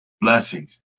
Blessings